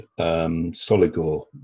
Soligor